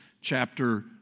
chapter